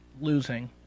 losing